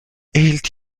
erhielt